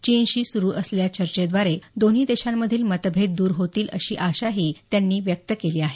चीनशी सुरू असलेल्या चर्चेद्वारे दोन्ही देशांमधील मतभेद द्र होतील अशी आशाही त्यांनी व्यक्त केली आहे